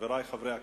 חברי חברי הכנסת,